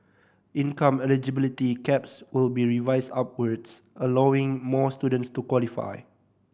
income eligibility caps will be revised upwards allowing more students to qualify